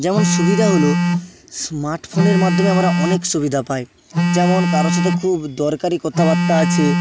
যেমন সুবিধা হলো স্মার্টফোনের মাধ্যমে আমরা অনেক সুবিধা পাই যেমন কারো সাথে খুব দরকারি কথাবার্তা আছে